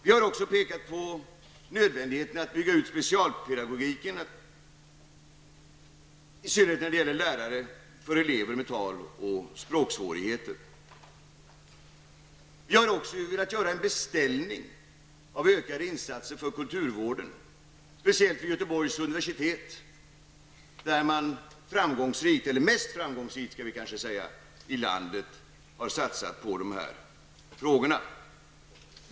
Vi har också pekat på nödvändigheten av att bygga ut specialpedagogiken, i synnerhet när det gäller lärare, för elever med tal och språksvårigheter. Vi har också velat göra en beställning av ökade insatser för kulturvården, speciellt vid Göteborgs universitet där man mest framgångsrikt i landet har satsat på dessa frågor.